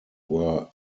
were